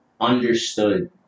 understood